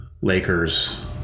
Lakers